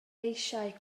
eisiau